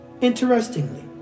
Interestingly